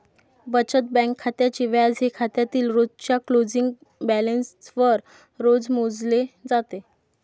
बचत बँक खात्याचे व्याज हे खात्यातील रोजच्या क्लोजिंग बॅलन्सवर रोज मोजले जाते